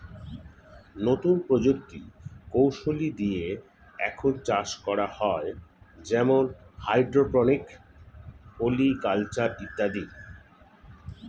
নতুন প্রযুক্তি কৌশলী দিয়ে এখন চাষ করা হয় যেমন হাইড্রোপনিক, পলি কালচার ইত্যাদি